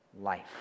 life